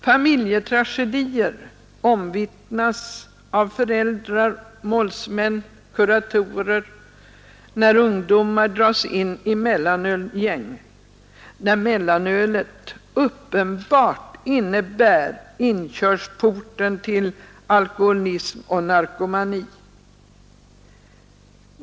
Familjetragedier omvittnas av föräldrar, målsmän och kuratorer när ungdomar dras in i mellanölsgäng, när mellanöl uppenbart är inkörsporten till alkoholism och narkomani.